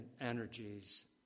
energies